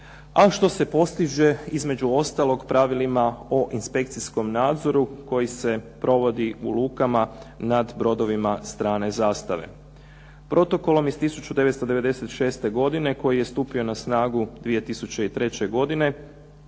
a što se postiže između ostaloga pravilima o inspekcijskom nadzoru koji se provodi u lukama, nad brodovima strane zastave. Protokolom iz 1996. godine koji je stupio na snagu 2003. godine,